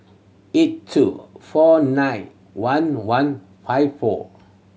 eight two four nine one one five four